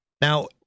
Now